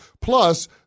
Plus